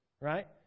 right